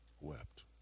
wept